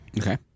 Okay